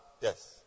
yes